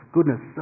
Goodness